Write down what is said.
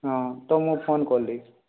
ହଁ ତ ମୁଁ ଫୋନ୍ କଲି